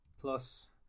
plus